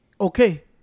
okay